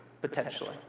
potentially